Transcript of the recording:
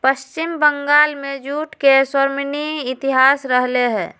पश्चिम बंगाल में जूट के स्वर्णिम इतिहास रहले है